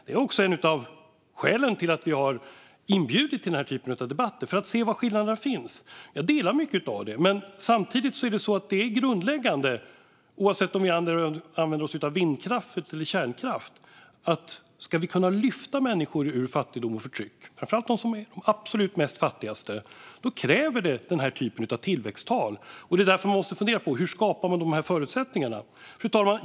Det är också ett av skälen till att vi har inbjudit till den här typen av debatter - för att se var skillnaderna finns. Jag delar mycket av det som ministern nämner. Men samtidigt är det grundläggande, oavsett om vi använder oss av vindkraft eller kärnkraft, att om vi ska kunna lyfta människor ur fattigdom och förtryck - framför allt de absolut fattigaste - kräver det den här typen av tillväxttal. Det är därför man måste fundera på hur man skapar förutsättningarna för det. Fru talman!